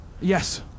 Yes